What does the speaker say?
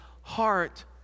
heart